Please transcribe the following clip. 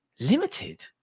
limited